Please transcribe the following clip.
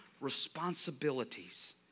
responsibilities